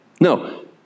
No